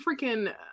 freaking